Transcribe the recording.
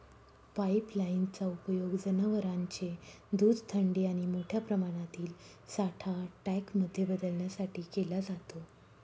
pipeline चा उपयोग जनवरांचे दूध थंडी आणि मोठ्या प्रमाणातील साठा टँक मध्ये बदलण्यासाठी केला जातो